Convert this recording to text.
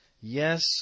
Yes